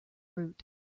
route